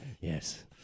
Yes